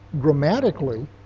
Grammatically